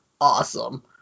awesome